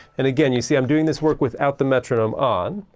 and again you see i'm doing this work without the metronome on.